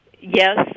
yes